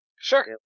Sure